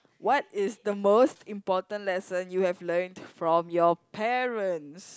what is the most important lesson you have learned from your parents